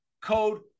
code